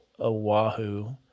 Oahu